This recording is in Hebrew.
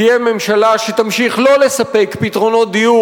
תהיה ממשלה שתמשיך לא לספק פתרונות דיור